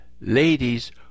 ladies